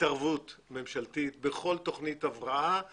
זה לא שהתיק עזב את הרשות המקומית ועכשיו החברה מטפלת.